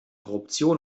korruption